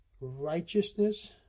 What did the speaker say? righteousness